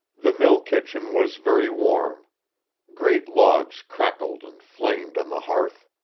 the mill-kitchen was very warm great logs crackled and flamed on the hearth